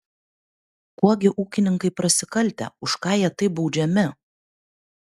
kuo gi ūkininkai prasikaltę už ką jie taip baudžiami